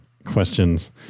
questions